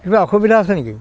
কিবা অসুবিধা আছে নেকি